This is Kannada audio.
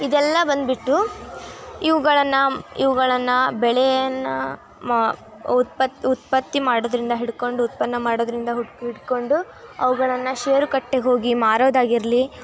ಇದೆಲ್ಲ ಬಂದುಬಿಟ್ಟು ಇವುಗಳನ್ನು ಇವುಗಳನ್ನು ಬೆಳೆಯನ್ನು ಉತ್ಪತ್ತಿ ಉತ್ಪತ್ತಿ ಮಾಡೋದ್ರಿಂದ ಹಿಡ್ಕೊಂಡು ಉತ್ಪನ್ನ ಮಾಡೋದ್ರಿಂದ ಹಿಡ್ಕೊಂಡು ಅವುಗಳನ್ನು ಶೇರು ಕಟ್ಟೆಗೆ ಹೋಗಿ ಮಾರೋದಾಗಿರಲಿ